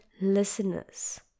listeners